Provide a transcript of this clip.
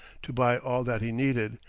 to buy all that he needed,